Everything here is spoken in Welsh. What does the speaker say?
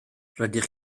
rydych